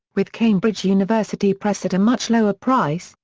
with cambridge university press at a much lower price,